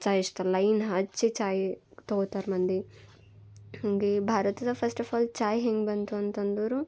ಚಾ ಇಷ್ಟ ಲೈನ್ ಹಚ್ಚಿ ಚಾಯಿ ತೊಗೊತಾರೆ ಮಂದಿ ಹಾಗೆ ಭಾರತದಾಗೆ ಫಸ್ಟ್ ಆಫ್ ಆಲ್ ಚಾಯ್ ಹೆಂಗೆ ಬಂತು ಅಂತ ಅಂದೋರು